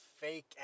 fake